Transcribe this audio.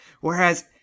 Whereas